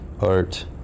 art